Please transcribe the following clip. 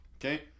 Okay